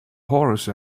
horse